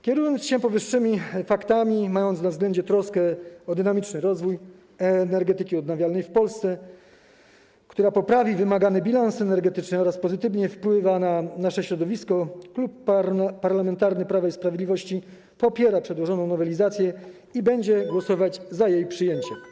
Kierując się powyższymi faktami i mając na względzie troskę o dynamiczny rozwój energetyki odnawialnej w Polsce, która poprawi wymagany bilans energetyczny oraz pozytywnie wpływa na nasze środowisko, Klub Parlamentarny Prawo i Sprawiedliwość popiera przedłożoną nowelizację i będzie głosować za jej przyjęciem.